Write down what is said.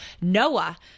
Noah